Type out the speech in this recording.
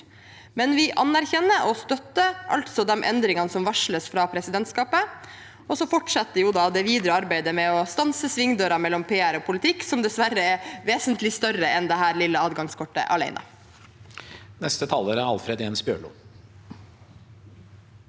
Vi anerkjenner og støtter de endringene som varsles fra presidentskapet, og så fortsetter det videre arbeidet med å stanse svingdøren mellom PR og politikk, som dessverre er et vesentlig større arbeid enn dette lille adgangskortet alene. Alfred Jens Bjørlo